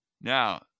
Now